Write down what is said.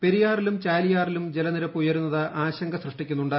പെരിയാറിലും ചാലിയാറിലും ജലനിരപ്പ് ഉയരുന്നത് ആശങ്ക സൃഷ്ടിക്കുന്നുണ്ട്